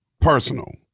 personal